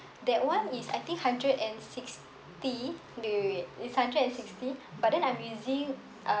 that one is I think hundred and sixty wait wait wait is hundred and sixty but then I'm using um